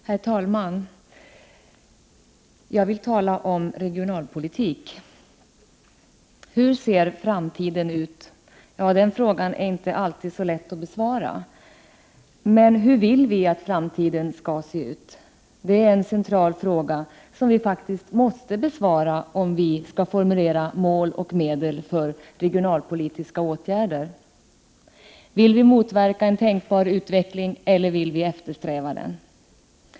Herr talman! Jag vill tala om regionalpolitik. Hur ser framtiden ut? Den frågan är inte alltid så lätt att besvara. Hur vill vi att framtiden skall se ut? Det är en central fråga som vi måste besvara, om vi skall formulera mål och skapa medel för regionalpolitiska åtgärder. Vill vi motverka en tänkbar utveckling eller vill vi eftersträva den?